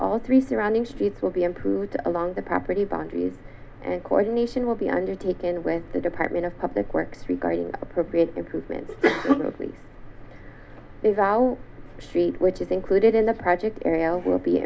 all three surrounding streets will be improved along the property boundaries and coordination will be undertaken with the department of public works regarding appropriate improvement is our sheet which is included in the project area will be